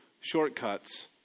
shortcuts